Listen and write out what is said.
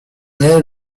est